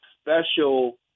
special